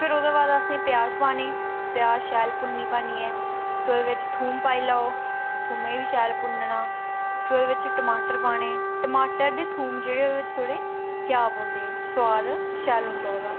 फिर ओह्दे बाद असें प्याज पाने प्याज शैल भुन्नी भन्नियै फिर ओह्दे बिच थोम पाई लैओ बी शैल भुन्नना फिर ओह्दे बिच टमाटर पाने टमाटर ते थोम ओह्दे बिच थोह्ड़े क्या पौंदे सुआद शैल औंदा ओहदा